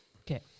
Okay